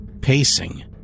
pacing